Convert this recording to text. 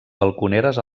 balconeres